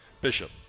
Bishop